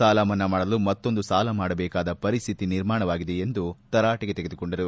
ಸಾಲ ಮನ್ನಾ ಮಾಡಲು ಮತ್ತೊಂದು ಸಾಲ ಮಾಡಬೇಕಾದ ಪರಿಸ್ಥಿತಿ ನಿರ್ಮಾಣವಾಗಿದೆ ಎಂದು ತರಾಟೆಗ ತೆಗೆದುಕೊಂಡರು